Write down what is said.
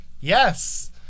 Yes